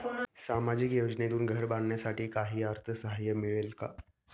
सामाजिक योजनेतून घर बांधण्यासाठी काही अर्थसहाय्य मिळेल का?